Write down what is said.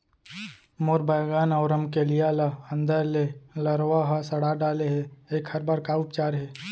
मोर बैगन अऊ रमकेरिया ल अंदर से लरवा ह सड़ा डाले हे, एखर बर का उपचार हे?